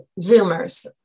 zoomers